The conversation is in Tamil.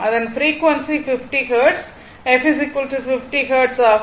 அதன் ஃப்ரீக்வன்சி 50 ஹெர்ட்ஸ் f 50 ஹெர்ட்ஸ் ஆகும்